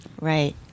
Right